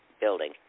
building